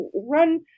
run